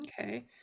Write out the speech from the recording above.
okay